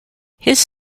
his